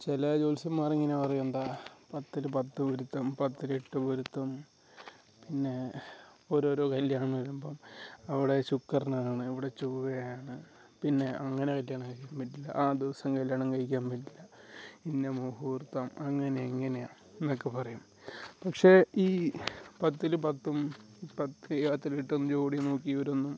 ചില ജോത്സ്യന്മാർ ഇങ്ങനെ പറയും എന്താണ് പത്തിൽ പത്ത് പൊരുത്തം പത്തിൽ എട്ട് പൊരുത്തം പിന്നെ ഓരോരോ കല്ല്യാണം വരുമ്പം അവിടെ ശുക്രനാണ് ഇവിടെ ചൊവ്വയാണ് പിന്നെ അങ്ങനെ കല്ല്യാണം കഴിക്കാൻ പറ്റില്ല ആ ദിവസം കല്ല്യാണം കഴിക്കാൻ പറ്റില്ല ഇന്ന മുഹൂർത്തം അങ്ങനെ ഇങ്ങനെയാണ് എന്നൊക്ക പറയും പക്ഷേ ഈ പത്തിൽ പത്തും പത്ത് പത്തിൽ എട്ടും ജോഡി നോക്കിയവരൊന്നും